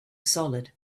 solid